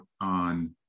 on